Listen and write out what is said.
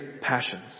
passions